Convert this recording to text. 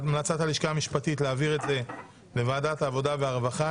המלצת הלשכה המשפטית היא להעביר את זה לדיון בוועדת העבודה והרווחה.